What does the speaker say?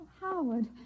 Howard